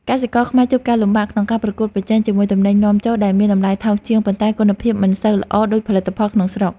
កសិករខ្មែរជួបការលំបាកក្នុងការប្រកួតប្រជែងជាមួយទំនិញនាំចូលដែលមានតម្លៃថោកជាងប៉ុន្តែគុណភាពមិនសូវល្អដូចផលិតផលក្នុងស្រុក។